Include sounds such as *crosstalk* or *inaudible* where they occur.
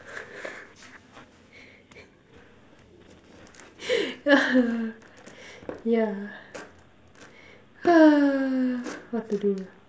*laughs* yeah *noise* what to do